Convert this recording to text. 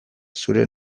zure